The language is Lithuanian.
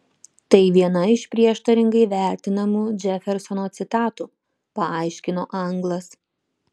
tai viena iš prieštaringai vertinamų džefersono citatų paaiškino anglas